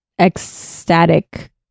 ecstatic